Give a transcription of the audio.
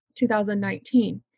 2019